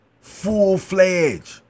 full-fledged